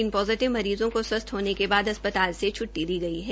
तीन पोजिटिव मरीज़ों को स्वस्थ होने के बाद अस्पताल से छ्ट्टी दी गई है